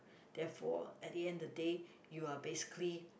therefore at the end the day you are basically